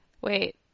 Wait